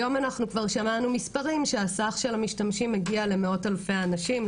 היום אנחנו כבר שמענו מספרים שהסך של המשתמשים מגיע למאות אלפי אנשים,